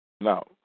Now